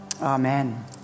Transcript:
Amen